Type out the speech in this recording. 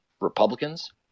republicans